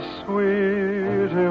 sweet